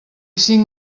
cinc